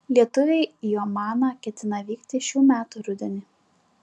lietuviai į omaną ketina vykti šių metų rudenį